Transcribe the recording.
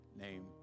name